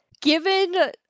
given